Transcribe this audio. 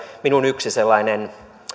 minun yksi sellainen